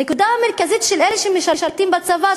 הנקודה המרכזית של אלה שמשרתים בצבא היא